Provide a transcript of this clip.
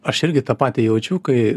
aš irgi tą patį jaučiu kai